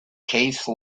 case